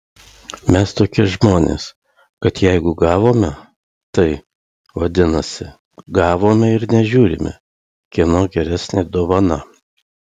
mes tokie žmonės kad jeigu gavome tai vadinasi gavome ir nežiūrime kieno geresnė dovana